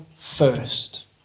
first